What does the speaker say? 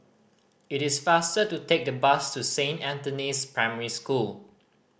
it is faster to take the bus to Saint Anthony's Primary School